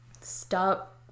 Stop